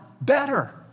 better